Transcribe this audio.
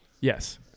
Yes